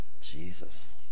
Jesus